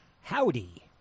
Howdy